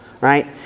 Right